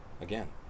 again